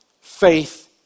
faith